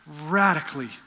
radically